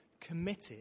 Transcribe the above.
committed